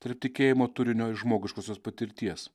tarp tikėjimo turinio ir žmogiškosios patirties